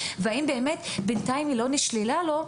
והאם היא לא נשללה לו,